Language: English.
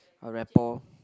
a rapport